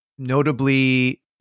Notably